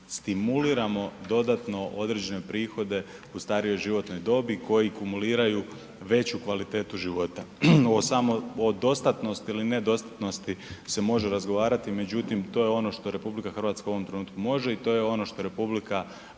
stimuliramo dodatno određene prihode u starijoj životnoj dobi koji kumuliraju veću kvalitetu život. O samodostatnosti ili ne dostatnosti se može razgovarati, međutim to je ono što RH u ovom trenutku može i to je ono što RH u